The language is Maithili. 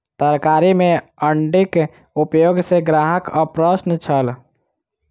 तरकारी में अण्डीक उपयोग सॅ ग्राहक अप्रसन्न छल